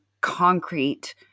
concrete